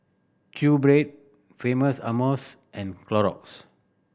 QBread Famous Amos and Clorox